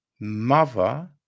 mother